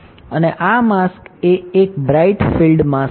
અને આ માસ્ક એ એક બ્રાઇટ ફીલ્ડ માસ્ક છે